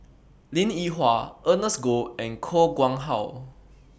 Linn in Hua Ernest Goh and Koh Nguang How